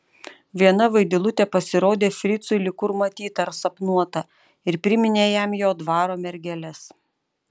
viena vaidilutė pasirodė fricui lyg kur matyta ar sapnuota ir priminė jam jo tėvo dvaro mergeles